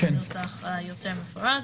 הנוסח היותר מפורט,